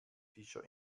fischer